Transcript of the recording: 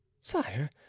sire